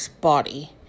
body